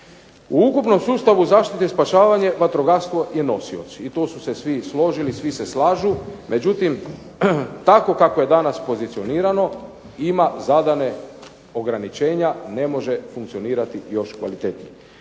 U ukupnom sustavu zaštite i spašavanje vatrogastvo je nosioc i tu su se svi složili, svi se slažu. Međutim, tako kako je danas pozicionirano ima zadane ograničenja, ne može funkcionirati još kvalitetnije.